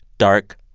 dark,